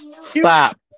Stop